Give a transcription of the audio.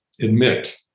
admit